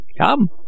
Come